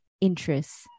interests